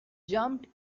jumped